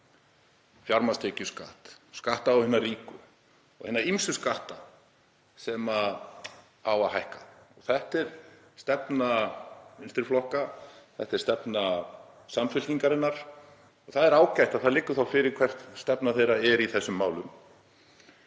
fjármagnstekjuskatt, skatta á hina ríku og hina ýmsu skatta sem á að hækka. Þetta er stefna vinstri flokka, þetta er stefna Samfylkingarinnar og það er ágætt að það liggi þá fyrir hver stefna þeirra er í þessum málum.